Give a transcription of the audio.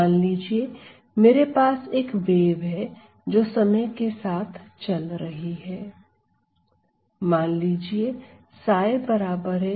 मान लीजिए मेरे पास एक वेव है जो समय के साथ चल रही है